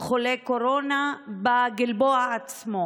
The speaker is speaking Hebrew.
חולי קורונה בגלבוע עצמו,